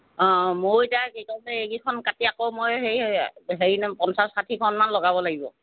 অঁ ময়ো এতিয়া কি কয় বোলে এইকেইখন কাটি আকৌ মই হেৰি হেৰি নহয় পঞ্চাছ ষাঠিখনমান লগাব লাগিব